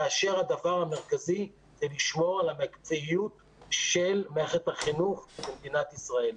כאשר הדבר המרכזי הוא לשמור על המקצועיות של מערכת החינוך במדינת ישראל.